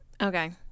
Okay